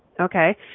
Okay